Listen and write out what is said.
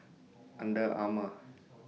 Under Armour